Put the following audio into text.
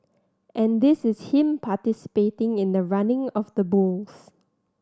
and this is him participating in the running of the bulls